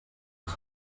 ens